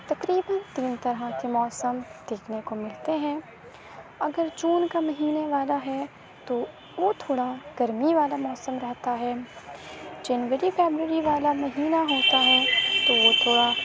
تقریباً تین طرح كے موسم دیكھنے کو ملتے ہیں اگر جون کا مہینے والا ہے تو وہ تھوڑا گرمی والا موسم رہتا ہے جنوری فیبرری والا مہینہ ہوتا ہے تو وہ تھوڑا